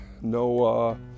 no